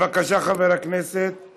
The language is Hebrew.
בבקשה, חבר הכנסת מיקי לוי.